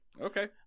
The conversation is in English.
Okay